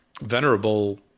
venerable